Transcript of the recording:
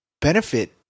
benefit